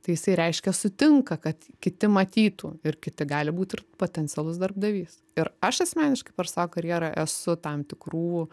tai jisai reiškia sutinka kad kiti matytų ir kiti gali būti ir potencialus darbdavys ir aš asmeniškai per savo karjerą esu tam tikrų